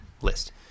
list